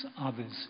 others